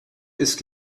ist